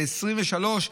ב-2023,